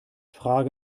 frage